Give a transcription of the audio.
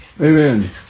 Amen